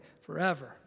forever